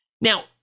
Now